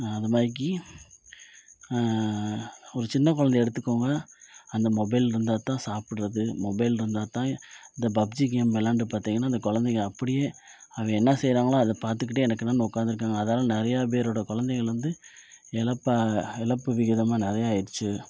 அதுமாதிரிக்கி ஒரு சின்ன குழந்தைய எடுத்துக்கோங்க அந்த மொபைல் இருந்தால்தான் சாப்பிட்றது மொபைல் இருந்தால்தான் இந்த பப்ஜி கேம் விளாண்டு பார்த்தீங்கனா இந்த குழந்தைங்க அப்படியே அவங்க என்ன செய்கிறாங்களோ அத பார்த்துகிட்டே எனெக்கென்னானு உட்காந்துருக்காங்க அதால நிறைய பேரோடய குழந்தைங்கள் வந்து எழப்பா எழப்பு விகிதமும் நிறைய ஆயிடுச்சு